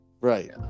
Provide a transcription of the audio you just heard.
right